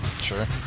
Sure